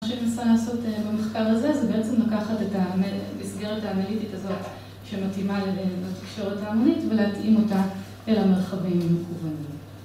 ‫מה שננסה לעשות במחקר הזה ‫זה בעצם לקחת את המסגרת האנליטית הזאת ‫שמתאימה לתקשרות ההמונים ‫ולהתאים אותה אל המרחבים המקוונים.